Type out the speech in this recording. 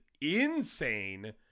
insane